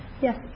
Yes